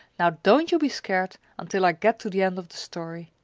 now, don't you be scared until i get to the end of the story.